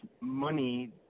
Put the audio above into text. money